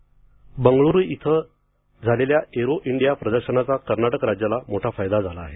aero space Bengaluru येथे झालेल्या Aero India प्रदर्शनाचा कर्नाटक राज्याला मोठा फायदा झाला आहे